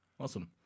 Awesome